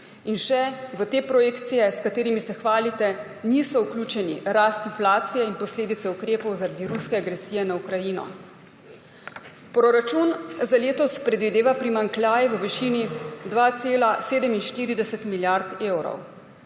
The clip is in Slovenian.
In še, v te projekcije, s katerimi se hvalite, niso vključene rast inflacije in posledice ukrepov zaradi ruske agresije na Ukrajino. Proračun za letos predvideva primanjkljaj v višini 2,47 milijarde evrov.